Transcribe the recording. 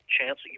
chance